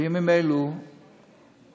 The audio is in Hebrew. בימים אלו מביאים,